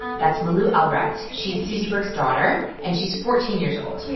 that's milou albrecht. she's susie burke's daughter, and she's fourteen years old.